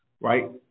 Right